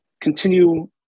continue